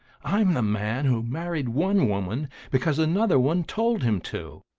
i'm the man who married one woman because another one told him to.